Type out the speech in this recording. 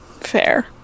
fair